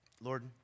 Lord